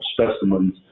specimens